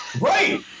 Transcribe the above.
Right